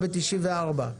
מ-1994.